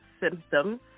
symptoms